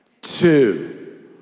two